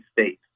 States